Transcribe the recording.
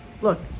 look